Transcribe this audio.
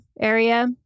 area